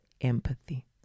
empathy